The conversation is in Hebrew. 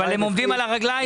אבל הם עומדים היום על הרגליים.